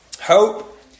Hope